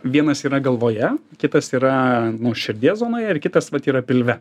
vienas yra galvoje kitas yra mūd širdies zonoje ir kitas vat yra pilve